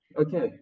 Okay